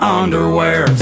underwear